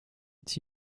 est